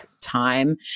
time